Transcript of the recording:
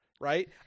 Right